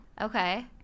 Okay